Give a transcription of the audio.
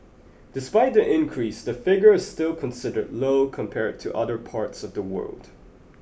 despite the increase the figure is still considered low compared to other parts of the world